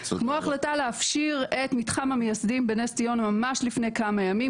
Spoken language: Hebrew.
כמו ההחלטה להפשיר את מתחם המייסדים בנס ציונה ממש לפני כמה ימים.